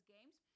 Games